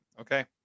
okay